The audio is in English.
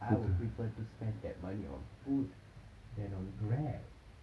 I would prefer to spend that money on food then on grab